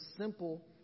simple